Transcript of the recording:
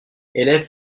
élève